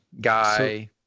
guy